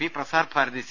P Prasar Bharati C